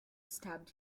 stabbed